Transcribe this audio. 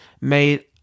made